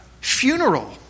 funeral